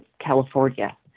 California